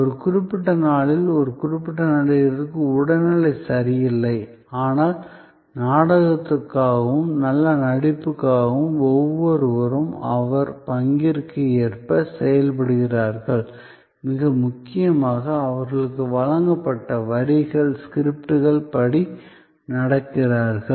ஒரு குறிப்பிட்ட நாளில் ஒரு நடிகருக்கு உடல்நிலை சரியில்லை ஆனால் நாடகத்துக்காகவும் நல்ல நடிப்புக்காகவும் ஒவ்வொருவரும் அவரவர் பங்கிற்கு ஏற்ப செயல்படுகிறார்கள் மிக முக்கியமாகஅவர்களுக்கு வழங்கப்பட்ட வரிகள் ஸ்கிரிப்ட் படி நடிக்கிறார்கள்